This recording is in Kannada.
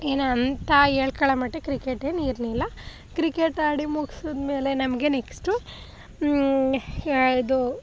ಇನ್ನು ಅಂತ ಹೇಳ್ಕೊಳ್ಳೋ ಮಟ್ಟಕ್ಕೆ ಕ್ರಿಕೆಟ್ ಏನು ಇರಲಿಲ್ಲ ಕ್ರಿಕೆಟ್ ಆಡಿ ಮುಗ್ಸಿದ ಮೇಲೆ ನಮಗೆ ನೆಕ್ಸ್ಟು ಇದು